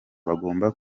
bagomba